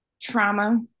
trauma